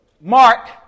Mark